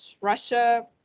Russia